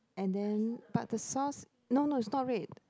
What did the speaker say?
and then but the sauce no no it's not red